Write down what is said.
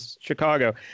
chicago